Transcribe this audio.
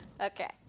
Okay